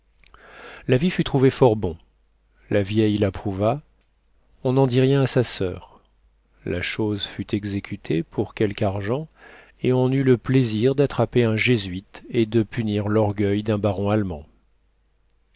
l'avis fut trouvé fort bon la vieille l'approuva on n'en dit rien à sa soeur la chose fut exécutée pour quelque argent et on eut le plaisir d'attraper un jésuite et de punir l'orgueil d'un baron allemand